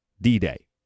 D-Day